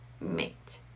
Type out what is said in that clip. mate